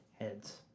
heads